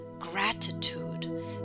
gratitude